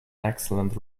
excellent